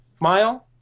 mile